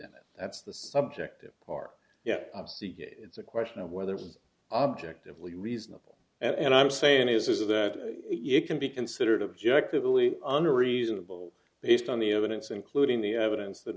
them that's the subjective or yeah it's a question of whether it was objectively reasonable and i'm saying is that you can be considered objective only unreasonable based on the evidence including the evidence that